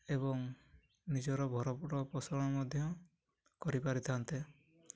ଏବଂ ନିଜର ଭରପୂର ପୋଷଣ ମଧ୍ୟ କରିପାରିଥାନ୍ତେ